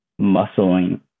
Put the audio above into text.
muscling